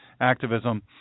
activism